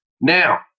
Now